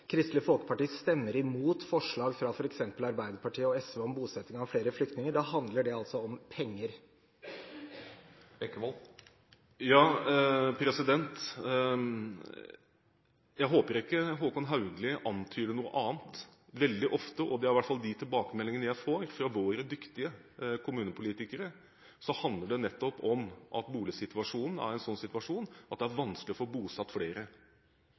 Kristelig Folkeparti stemmer mot forslag fra f.eks. Arbeiderpartiet og SV om bosetting av flere flyktninger, da handler det altså om penger? Ja, jeg håper ikke Håkon Haugli antyder noe annet. Veldig ofte – det er i hvert fall de tilbakemeldingene jeg får fra våre dyktige kommunepolitikere – handler det nettopp om at boligsituasjonen er slik at det er vanskelig å få bosatt flere.